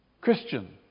Christian